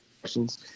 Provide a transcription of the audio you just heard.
questions